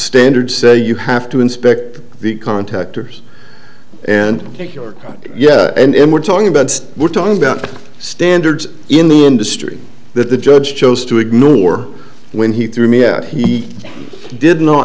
standards so you have to inspect the contactors and figure out yeah we're talking about we're talking about standards in the industry that the judge chose to ignore when he threw me out he did not